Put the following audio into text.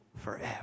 Forever